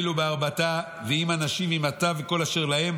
וליהודה שמונת אלפים לגלעד" תקשיבו למספרים.